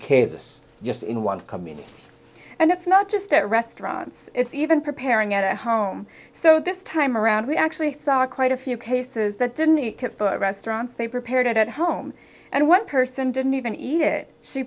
just in one community and it's not just at restaurants it's even preparing at home so this time around we actually saw quite a few cases that didn't eat at restaurants they prepared at home and one person didn't even eat it she